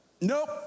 Nope